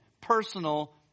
personal